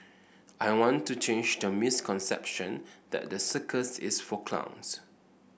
I want to change the misconception that the circus is for clowns